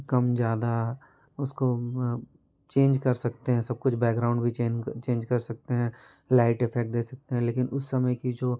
कम ज़्यादा उसको चेंज कर सकते हैं सब कुछ बैकग्राउंड भी चेंग चेंज कर सकते हैं लाइट इफ़ेक्ट दे सकते हैं लेकिन उस समय की जो